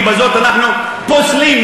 ובזאת אנחנו פוסלים,